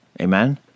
Amen